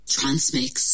Transmix